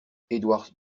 édouard